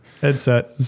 Headset